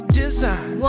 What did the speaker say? design